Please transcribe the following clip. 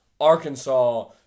Arkansas